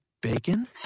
Bacon